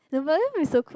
but that would be so cool